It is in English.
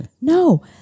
No